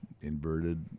inverted